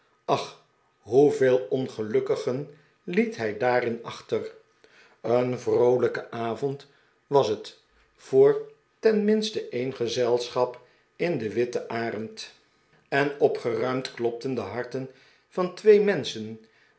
ach hoeveel ongelukkigen liet hij daarin achter een vroolijke avond was het voor tenminste een gezelschap in de witte arend en opgeruimd klopten de harten van twee menschen